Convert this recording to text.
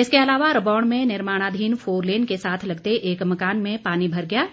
इसके अलावा रबौण में निर्माणाधीन फोरलेन के साथ लगते एक मकान में पानी भर गया